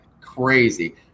crazy